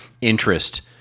interest